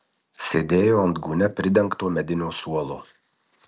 sėdėjo ant gūnia pridengto medinio suolo